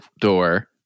door